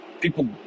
People